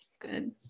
Good